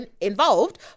involved